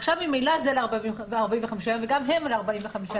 עכשיו ממילא זה ל-45 יום, וגם הם ל-45 יום.